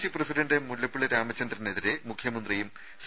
C president Mullappally രാമചന്ദ്രനെതിരെ മുഖ്യമന്ത്രിയും C